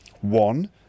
one